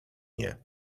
nie